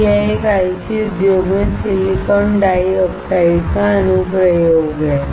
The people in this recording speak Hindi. तो यह एक आईसी उद्योग में सिलिकॉन डाइऑक्साइड का अनुप्रयोग है